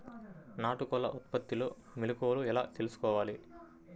నాటుకోళ్ల ఉత్పత్తిలో మెలుకువలు ఎలా తెలుసుకోవాలి?